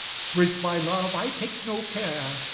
sweet my love, i take no care,